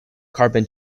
carbon